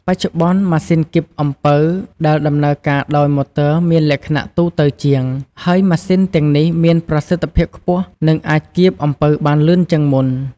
បច្ចុប្បន្ន ម៉ាស៊ីនកៀបអំពៅដែលដំណើរការដោយម៉ូទ័រមានលក្ខណៈទូទៅជាង ហើយម៉ាស៊ីនទាំងនេះមានប្រសិទ្ធភាពខ្ពស់ និងអាចកៀបអំពៅបានលឿនជាងមុន។